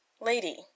lady